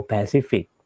Pacific